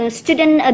student